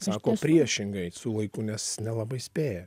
sako priešingai su laiku nes nelabai spėja